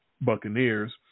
Buccaneers